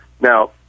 Now